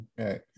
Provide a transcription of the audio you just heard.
okay